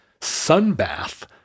sunbath